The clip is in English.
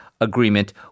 agreement